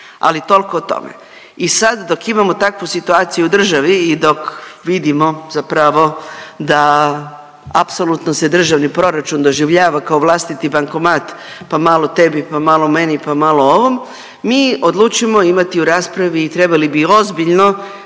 ali toliko o tome i sad dok imamo takvu situaciju u državi i dok vidimo zapravo da apsolutno se državni proračun doživljava kao vlastiti bankomat pa malo tebi, pa malo meni pa malo ovom, mi odlučimo imati u raspravi i trebali bi ozbiljno,